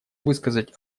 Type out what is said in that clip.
высказать